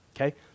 okay